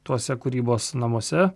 tuose kūrybos namuose